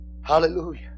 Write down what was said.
Hallelujah